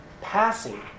passing